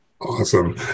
Awesome